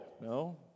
No